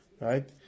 right